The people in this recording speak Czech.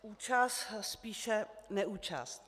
Účast spíše neúčast.